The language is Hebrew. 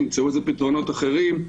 ימצאו לזה פתרונות אחרים.